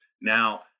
now